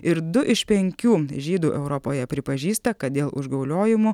ir du iš penkių žydų europoje pripažįsta kad dėl užgauliojimų